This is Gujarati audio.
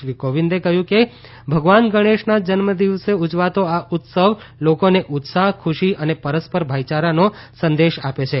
શ્રી કોવિંદે કહયું કે ભગવાન ગણેશના જન્મદિવસે ઉજવાતો આ ઉત્સવ લોકોને ઉત્સાહ ખુશી અને પરસ્પર ભાઇયારાનો સંદેશ આપે છે